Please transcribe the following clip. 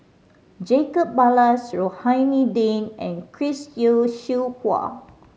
Jacob Ballas Rohani Din and Chris Yeo Siew Hua